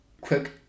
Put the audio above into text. quick